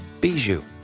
Bijou